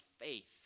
faith